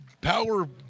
power